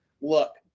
Look